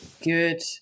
good